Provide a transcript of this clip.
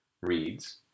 reads